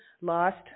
lost